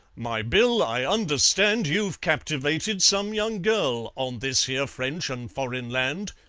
my bill, i understand you've captivated some young gurl on this here french and foreign land.